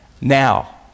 now